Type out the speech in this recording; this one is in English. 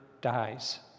dies